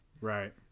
right